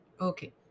Okay